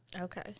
Okay